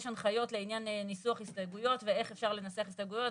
יש הנחיות לעניין ניסוח הסתייגויות ואיך אפשר לנסח הסתייגויות,